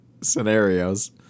scenarios